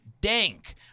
dank